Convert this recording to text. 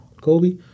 Kobe